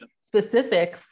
specific